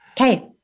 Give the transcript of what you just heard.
Okay